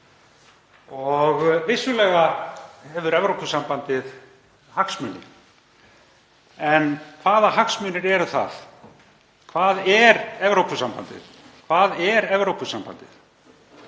Vissulega hefur Evrópusambandið hagsmuni, en hvaða hagsmunir eru það? Hvað er Evrópusambandið? Það vill þannig